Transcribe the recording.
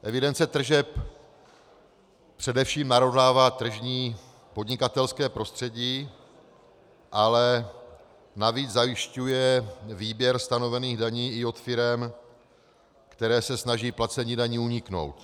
Evidence tržeb především narovnává tržní podnikatelské prostředí, ale navíc zajišťuje výběr stanovených daní i u firem, které se snaží placení daní uniknout.